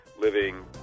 living